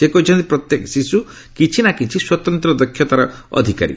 ସେ କହିଛନ୍ତି ପ୍ରତ୍ୟେକ ଶିଶୁ କିଛିନା କିଛି ସ୍ପତନ୍ତ୍ର ଦକ୍ଷତାର ଅଧିକାରୀ